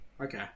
Okay